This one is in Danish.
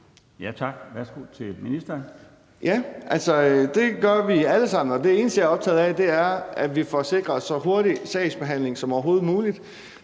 (Thomas Danielsen): Ja, det gør vi alle sammen. Og det eneste, jeg er optaget af, er, at vi får sikret så hurtig sagsbehandling som overhovedet muligt.